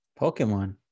Pokemon